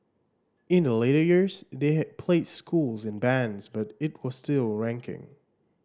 in the later years they had placed schools in bands but it was still ranking